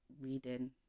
reading